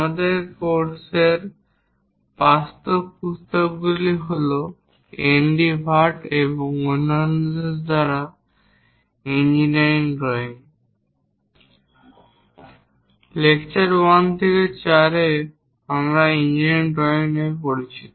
আমাদের কোর্সের পাঠ্যপুস্তকগুলি হল এনডি ভাটN D Bhatt এবং অন্যদের দ্বারা ইঞ্জিনিয়ার ড্রয়িং। লেকচার 1 থেকে 4 এ আমরা ইঞ্জিনিয়ারিং ড্রয়িং পরিচিতি